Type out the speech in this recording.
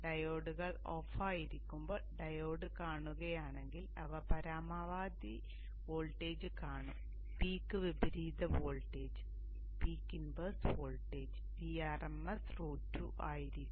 ഡയോഡുകൾ ഓഫായിരിക്കുമ്പോൾ ഡയോഡ് കാണുകയാണെങ്കിൽ അവ പരമാവധി വോൾട്ടേജ് കാണും പീക്ക് വിപരീത വോൾട്ടേജ് Vrms √2 ആയിരിക്കും